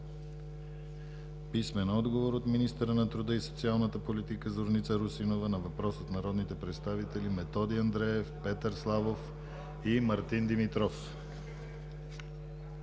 писмен отговор от министъра на труда и социалната политика Зорница Русинова на въпрос от народните представители Методи Андреев, Петър Славов и Мартин Димитров;